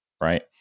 right